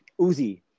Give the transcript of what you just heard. Uzi